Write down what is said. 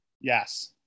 Yes